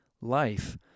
life